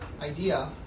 idea